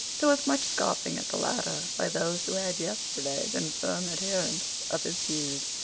there was much scoffing at the latter by those who had yesterday been firm adherents of his views,